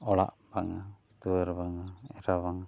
ᱚᱲᱟᱜ ᱵᱟᱝᱟ ᱫᱩᱣᱟᱹᱨ ᱵᱟᱝᱟ ᱮᱨᱟ ᱵᱟᱝᱟ